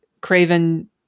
Craven